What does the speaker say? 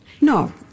No